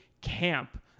camp